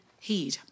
heed